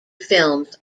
films